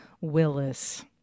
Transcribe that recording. Willis